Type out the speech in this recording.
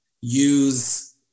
use